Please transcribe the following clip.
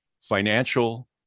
Financial